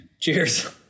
Cheers